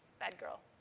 bad girl.